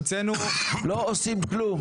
לא עושים כלום.